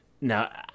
Now